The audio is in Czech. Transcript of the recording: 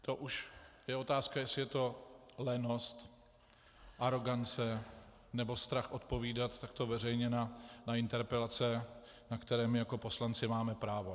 To už je otázka, jestli je to lenost, arogance, nebo strach odpovídat takto veřejně na interpelace, na které my jako poslanci, máme právo.